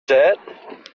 that